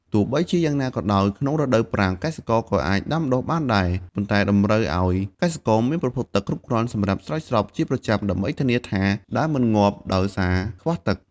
ទោះបីជាយ៉ាងណាក៏ដោយ ក្នុងរដូវប្រាំង កសិករក៏អាចដាំដុះបានដែរ ប៉ុន្តែតម្រូវឲ្យកសិករមានប្រភពទឹកគ្រប់គ្រាន់សម្រាប់ស្រោចស្រពជាប្រចាំដើម្បីធានាថាដើមមិនងាប់ដោយសារខ្វះទឹក។